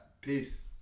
Peace